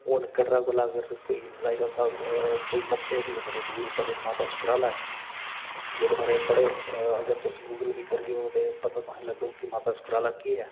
हून कटरा कोला अगर कोई लाई लैओ स्हाब कोई नब्बै किलोमिटर उप्पर माता सुकराला ऐ जेहदे बारै पढ़े अगर तुस गुगल बी करगे ओह् ओह्दा पता तुसें गी लग्गग कि माता सुकराला केह् ऐ